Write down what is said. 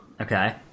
Okay